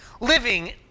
living